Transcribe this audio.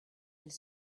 elle